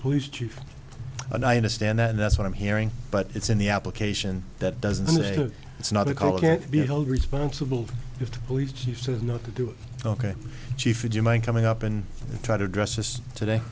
police chief and i understand that that's what i'm hearing but it's in the application that doesn't mean it's not a call can't be held responsible if the police chief says not to do it ok chief would you mind coming up and try to address this today